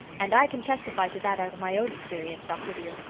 and i can testify to that out of my own experience, doctor dear.